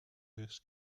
this